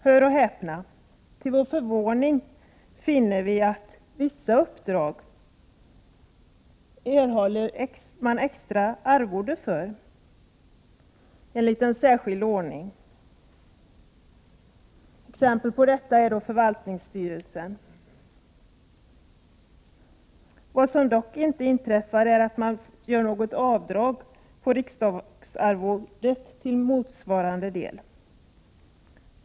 Hör och häpna, till vår förvåning finner vi att vissa uppdrag erhåller man extra arvode för enligt en särskild ordning. Exempel på detta är ledamotskap i förvaltningsstyrelsen. Vad som dock inte inträffar är att det görs något avdrag på riksdagsarvodet till motsvarande del.